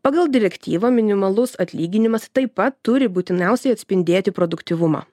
pagal direktyvą minimalus atlyginimas taip pat turi būtiniausiai atspindėti produktyvumą